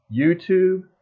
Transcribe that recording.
YouTube